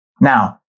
Now